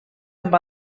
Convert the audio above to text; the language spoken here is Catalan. amb